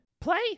Play